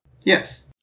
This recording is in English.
Yes